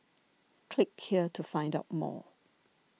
click here to find out more